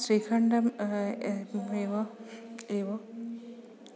श्रीखण्डं एव एव